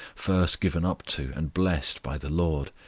first given up to and blessed by the lord,